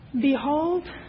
Behold